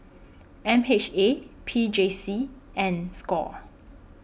M H A P J C and SCORE